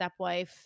stepwife